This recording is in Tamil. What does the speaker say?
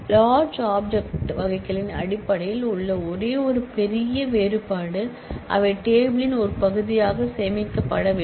லார்ஜ் ஆப்ஜெக்ட்டை வகைகளின் அடிப்படையில் உள்ள ஒரே பெரிய வேறுபாடு அவை டேபிள் யின் ஒரு பகுதியாக சேமிக்கப்படவில்லை